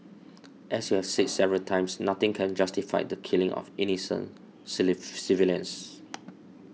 as we have said several times nothing can justify the killing of innocent civilians